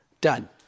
done